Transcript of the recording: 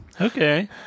Okay